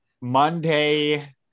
monday